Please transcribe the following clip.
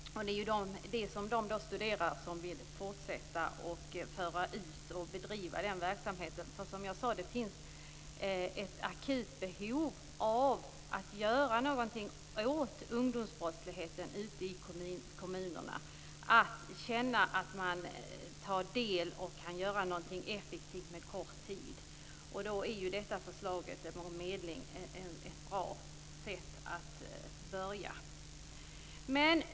Det är dessa som de studerar som vill fortsätta att föra ut och bedriva verksamheten. För det finns som jag sade ett akut behov att göra något åt ungdomsbrottsligheten ute i kommunerna. Det finns ett behov av att känna att man tar del och att man kan göra något effektiv på kort tid. Då är förslaget om medling ett bra sätt att börja.